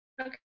okay